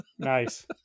nice